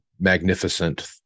magnificent